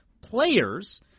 players –